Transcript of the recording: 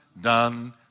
done